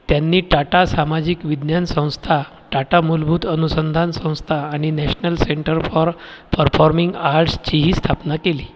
त्यांनी टाटा सामाजिक विज्ञान संस्था टाटा मूलभूत अनुसंधान संस्था आणि नॅशनल सेंटर फॉर परफॉर्मिंग आर्टस्चीही स्थापना केली